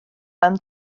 mewn